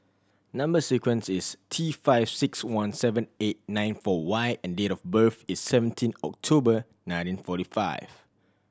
number sequence is T five six one seven eight nine four Y and date of birth is seventeen October nineteen forty five